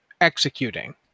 executing